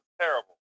terrible